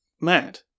mad